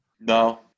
No